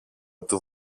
του